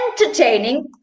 entertaining